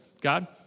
God